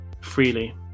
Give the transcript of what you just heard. freely